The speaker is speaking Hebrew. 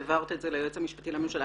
העברת את זה ליועץ המשפטי לממשלה.